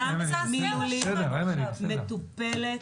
זה מזעזע מה שקורה.